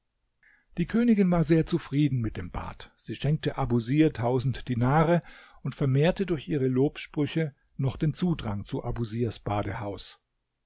die königin war sehr zufrieden mit dem bad sie schenkte abusir tausend dinare und vermehrte durch ihre lobsprüche noch den zudrang zu abusirs badehaus